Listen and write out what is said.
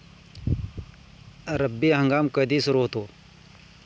रब्बी हंगाम कधी सुरू होतो?